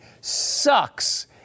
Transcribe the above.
sucks